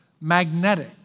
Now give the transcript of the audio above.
magnetic